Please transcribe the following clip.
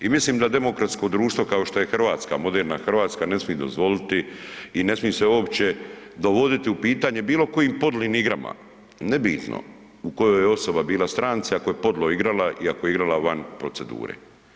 I mislim da demokratsko društvo kao što je Hrvatska moderna Hrvatska ne smije dozvoliti i ne smije se uopće dovodit u pitanje bilo kojim podlim igrama, nebitno u kojoj je osoba bila stranci ako je podlo igrala i ako je igrala van procedure.